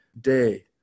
day